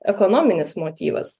ekonominis motyvas